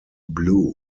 blue